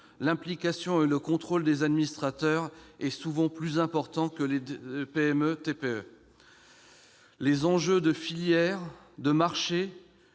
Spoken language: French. l'implication et le contrôle des administrateurs y sont souvent plus importants que dans les PME ou les TPE. Les enjeux de filière, de marché